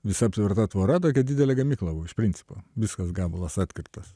visa aptverta tvora tokia didelė gamykla o iš principo viskas gabalas apkirptas